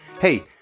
Hey